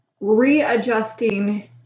readjusting